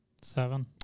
Seven